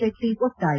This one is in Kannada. ಶೆಟ್ಟಿ ಒತ್ತಾಯ